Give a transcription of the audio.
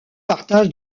partage